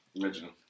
Original